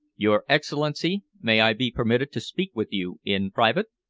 your excellency, may i be permitted to speak with you in private?